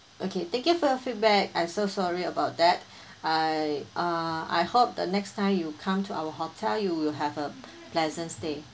okay thank you for your feedback I'm so sorry about that I ah I uh hope the next time you come to our hotel you will have a pleasant stay